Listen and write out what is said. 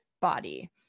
body